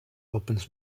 opens